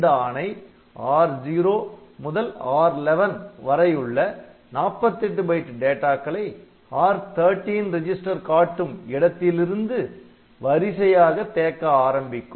இந்த ஆணை R0 R11 வரையுள்ள 48 பைட் டேட்டாக்களை R13 ரிஜிஸ்டர் காட்டும் இடத்திலிருந்து வரிசையாக தேக்க ஆரம்பிக்கும்